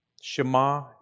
Shema